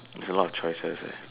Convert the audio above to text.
it's a lot of choices eh